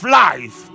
life